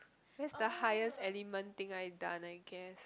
that's the highest element thing I done I guess